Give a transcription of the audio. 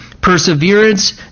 Perseverance